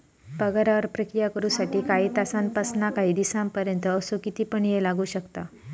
पगारावर प्रक्रिया करु साठी काही तासांपासानकाही दिसांपर्यंत असो किती पण येळ लागू शकता